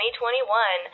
2021